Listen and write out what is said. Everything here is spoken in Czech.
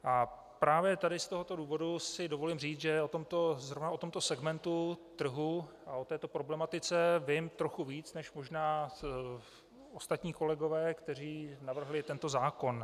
A právě z tohoto důvodu si dovolím říct, že zrovna o tomto segmentu trhu a o této problematice vím trochu víc než možná ostatní kolegové, kteří navrhli tento zákon.